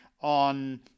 on